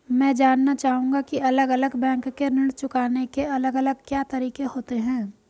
मैं जानना चाहूंगा की अलग अलग बैंक के ऋण चुकाने के अलग अलग क्या तरीके होते हैं?